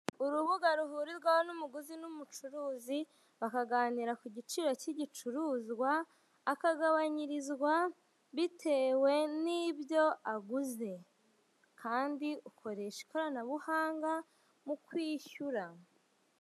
Urubuga ruhurirwaho n'umuguzi n'umucuruzi, bakaganira ku giciro cy'igicuruzwa akagabanyirizwa bitewe n'ibyo aguze. Kandi ukoresha ikoranabuhanga mu kwishyura.